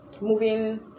moving